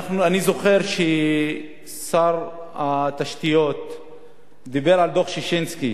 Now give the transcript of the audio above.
אני זוכר ששר התשתיות דיבר על דוח-ששינסקי,